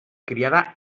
criada